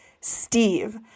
Steve